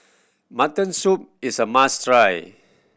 mutton soup is a must try